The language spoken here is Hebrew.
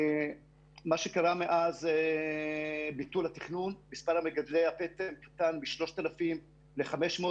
מה שקרה מאז ביטול התכנון הוא שמספר מגדלי הפטם קטן מ-3,000 ל-500,